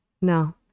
no